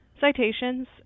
citations